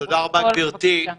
חבר הכנסת לוי, בבקשה.